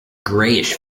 greyish